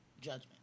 judgment